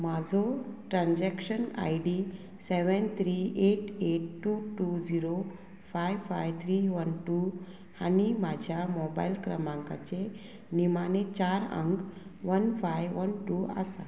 म्हाजो transaction I D seven three eight eight two two zero five five three one two आनी म्हाज्या mobile क्रमांकाचे निमाणे चार अंक वन फायव वन टू आसा